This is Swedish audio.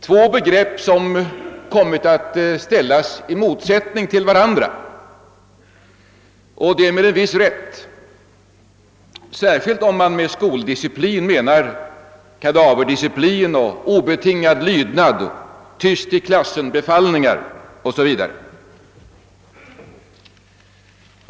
Dessa två begrepp har kommit att ställas i motsättning till varandra och det med en viss rätt, särskilt om man med skoldisciplin menar kadaverdisciplin och obetingad lydnad, tyst i klassen-befallningar 0O.Ss. Vv.